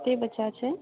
के बच्चा छै